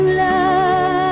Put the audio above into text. love